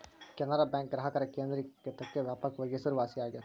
Canara bank ಗ್ರಾಹಕರ ಕೇಂದ್ರಿಕತೆಕ್ಕ ವ್ಯಾಪಕವಾಗಿ ಹೆಸರುವಾಸಿಯಾಗೆದ